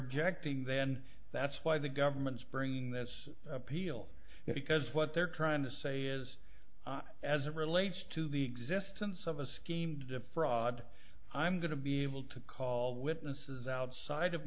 objecting then that's why the government's bringing this appeal because what they're trying to say is as it relates to the existence of a scheme to defraud i'm going to be able to call witnesses outside of